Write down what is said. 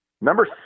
Number